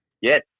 Yes